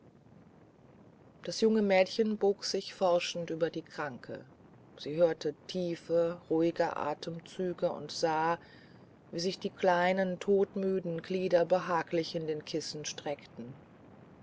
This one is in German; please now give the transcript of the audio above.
das junge mädchen bog sich forschend über die kranke sie hörte tiefe ruhige atemzüge und sah wie sich die kleinen todmüden glieder behaglich in den kissen streckten